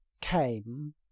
came